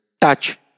touch